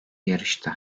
yarıştı